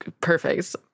perfect